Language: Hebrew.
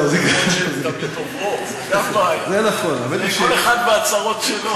כל אחד והצרות שלו,